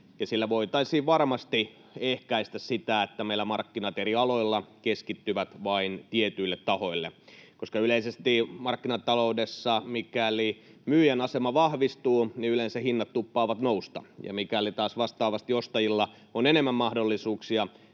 Sillä voitaisiin varmasti ehkäistä sitä, että meillä markkinat eri aloilla keskittyvät vain tietyille tahoille. Yleisesti markkinataloudessa mikäli myyjän asema vahvistuu, niin hinnat tuppaavat nousemaan. Mikäli taas vastaavasti ostajilla on enemmän mahdollisuuksia,